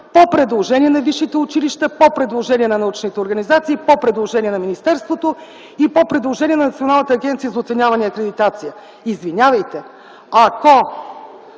по предложение на висшите училища, по предложение на научните организации, по предложение на министерството и по предложение на Националната агенция за оценяване и акредитация. Извинявайте, ако